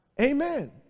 amen